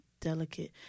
delicate